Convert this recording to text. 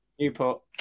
Newport